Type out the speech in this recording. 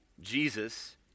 Jesus